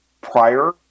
prior